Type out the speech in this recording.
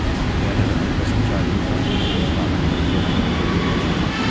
पैघ रकम के शिक्षा ऋण खातिर ऋण गारंटर के हैब जरूरी छै